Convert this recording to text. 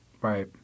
Right